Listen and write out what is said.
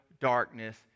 darkness